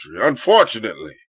Unfortunately